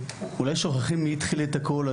אולי שוכחים מי התחיל את הכול,